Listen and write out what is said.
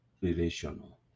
relational